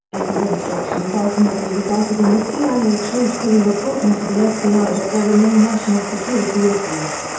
as his instructions ultimately resulted in the cia truthfully reporting to the fbi that there were no national security issues.